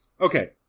Okay